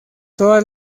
todas